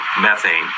methane